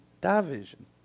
division